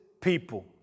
people